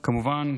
כמובן,